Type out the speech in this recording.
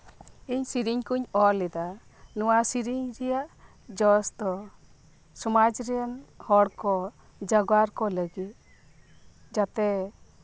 ᱤᱧ ᱥᱮᱹᱨᱮᱹᱧ ᱠᱚᱧ ᱚᱞᱞᱮᱫᱟ ᱱᱚᱶᱟ ᱥᱮᱹᱨᱮᱹᱧ ᱨᱮᱭᱟᱜ ᱡᱚᱥ ᱫᱚ ᱥᱚᱢᱟᱡᱽ ᱨᱮᱱ ᱦᱚᱲᱠᱚ ᱡᱟᱜᱽᱣᱟᱨᱠᱚ ᱞᱟᱹᱜᱤᱫ ᱡᱟᱛᱮ